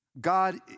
God